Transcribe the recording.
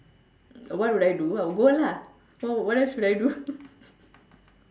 what would I do I'll go lah what else should I do